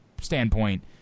standpoint